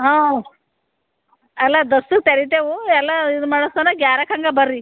ಹಾಂ ಅಲ್ಲ ದಸ್ಸು ತೆರಿತೆವೆ ಎಲ್ಲ ಇದು ಮಾಡಸಣ ಗ್ಯಾರಕಂಗೆ ಬರ್ರಿ